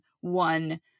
one